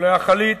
ולהחליט,